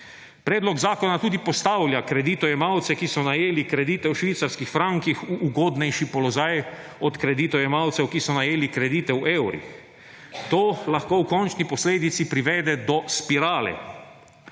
Predlog zakona tudi postavlja kreditojemalce, ki so najeli kredite v švicarskih frankih, v ugodnejši položaj od kreditojemalcev, ki so najeli kredite v evrih. To lahko v končni posledici privede do spirale;